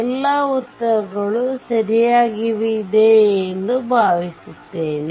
ಎಲ್ಲಾ ಉತ್ತರಗಳು ಸರಿಯಾಗಿವೆ ಎಂದು ಭಾವಿಸುತ್ತೇವೆ